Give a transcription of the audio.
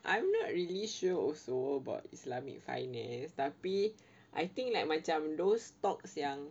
I'm not really sure also but islamic finance tapi I think like macam those stocks yang